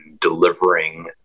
delivering